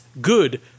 good